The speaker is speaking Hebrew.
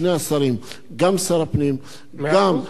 גם שר הפנים וגם שר התשתיות,